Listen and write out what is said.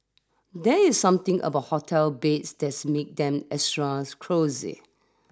there is something about a hotel beds that make them extra cosy